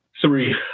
Three